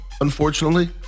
unfortunately